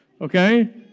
Okay